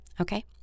Okay